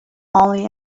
only